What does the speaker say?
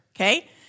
Okay